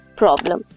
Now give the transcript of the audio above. problem